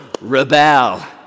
rebel